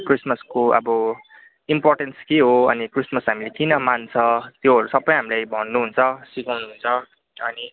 क्रिसमसको अब इम्पोर्टेन्स के हो अनि क्रिसमस हामीले किन मान्छ त्योहरू सबै हामीलाई भन्नु हुन्छ सिकाउनु हुन्छ अनि